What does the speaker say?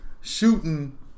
shooting